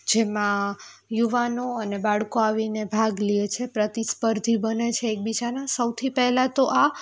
જેમાં યુવાનો અને બાળકો આવીને ભાગ લે છે પ્રતિસ્પર્ધી બને છે એકબીજાંના સૌથી પહેલાં તો આ